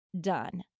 done